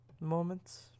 moments